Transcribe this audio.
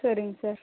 சரிங்க சார்